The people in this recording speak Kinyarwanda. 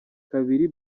kabiri